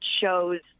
shows